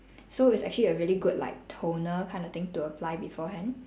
so it's actually a really good like toner kind of thing to apply beforehand